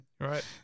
right